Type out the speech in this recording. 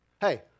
Hey